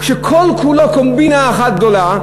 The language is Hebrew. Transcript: כל כולו קומבינה אחת גדולה,